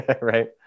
right